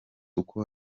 kuko